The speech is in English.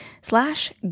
slash